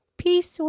Peace